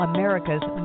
America's